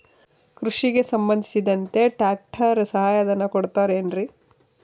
ಕೃಷಿಗೆ ಸಂಬಂಧಿಸಿದಂತೆ ಟ್ರ್ಯಾಕ್ಟರ್ ಸಹಾಯಧನ ಕೊಡುತ್ತಾರೆ ಏನ್ರಿ?